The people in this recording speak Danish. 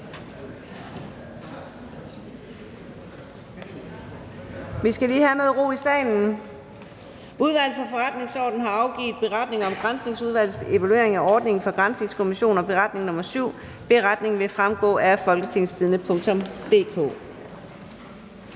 er beslutningsforslaget bortfaldet. Udvalget for Forretningsordenen har afgivet beretning om Granskningsudvalgets evaluering af ordningen for granskningskommissioner. (Beretning nr. 7). Beretningen vil fremgå af folketingstidende.dk.